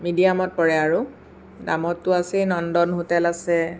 মিডিয়ামত পৰে আৰু দামতটো আছেই নন্দন হোটেল আছে